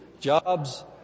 Jobs